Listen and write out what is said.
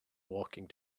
walking